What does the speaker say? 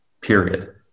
period